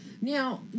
Now